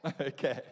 Okay